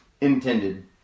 intended